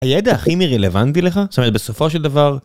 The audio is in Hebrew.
הידע הכימי רלוונטי לך? זאת אומרת, בסופו של דבר...